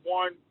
one